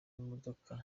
imodoka